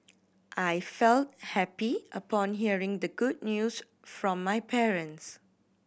I felt happy upon hearing the good news from my parents